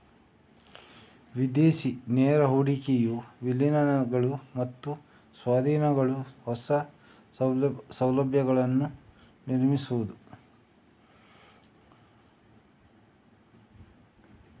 ವಿದೇಶಿ ನೇರ ಹೂಡಿಕೆಯು ವಿಲೀನಗಳು ಮತ್ತು ಸ್ವಾಧೀನಗಳು, ಹೊಸ ಸೌಲಭ್ಯಗಳನ್ನು ನಿರ್ಮಿಸುವುದು